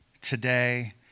today